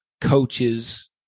coaches